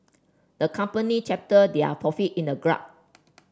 the company chapter their profit in a graph